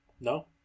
no